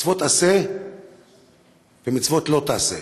מצוות עשה ומצוות לא תעשה.